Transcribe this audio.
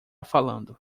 falando